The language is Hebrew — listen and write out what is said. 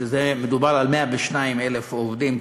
מדובר על 102,000 עובדים,